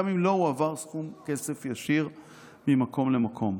גם אם לא הועבר סכום כסף ישיר ממקום למקום,